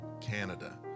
Canada